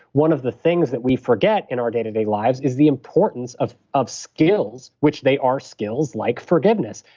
one of the things that we forget in our day to day lives is the importance of of skills, which they are skills like forgiveness,